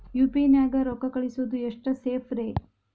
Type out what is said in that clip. UPI ನ್ಯಾಗ ರೊಕ್ಕ ಕಳಿಸೋದು ಎಷ್ಟ ಸೇಫ್ ರೇ?